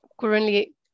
currently